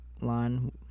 line